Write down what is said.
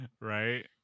right